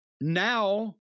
now